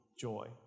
joy